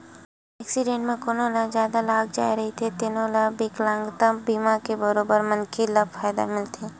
accident म कोनो ल जादा लाग जाए रहिथे तेनो म बिकलांगता बीमा के बरोबर मनखे ल फायदा मिलथे